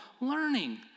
learning